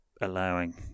allowing